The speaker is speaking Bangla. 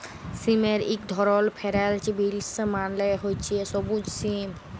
সিমের ইক ধরল ফেরেল্চ বিলস মালে হছে সব্যুজ সিম